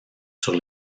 sur